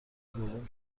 دوم